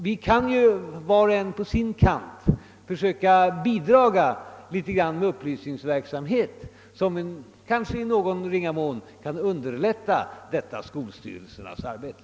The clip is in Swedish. Vi kan, var och en på sin kant, försöka bidra en smula med upplysningsverksamhet, som kanske i någon ringa mån kan underlätta detta skolstyrelsernas arbete.